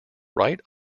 wright